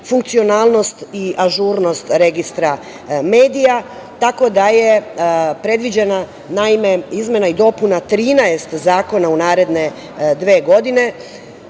funkcionalnost i ažurnost registra medija, tako da je predviđena izmena i dopuna 13 zakona u naredne dve godine. Od